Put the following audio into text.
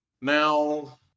Now